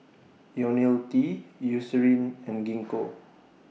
Ionil T Eucerin and Gingko